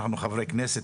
אנחנו חברי כנסת,